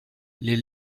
les